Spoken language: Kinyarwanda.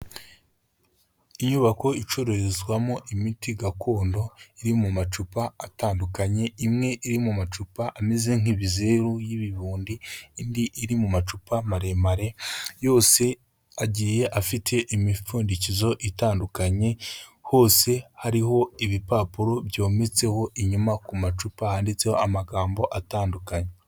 Inyubako icururizwamo imiti gakondo iri mu macupa atandukanye, imwe iri mu macupa ameze nk'ibizeru y'ibibundi, indi iri mu macupa maremare yose agiye afite imipfundikizo itandukanye, hose hariho ibipapuro byometseho, inyuma ku macupa handitseho amagambo atandukanye.